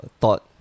Thought